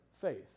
faith